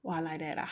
!wah! like that ah